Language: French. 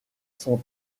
sont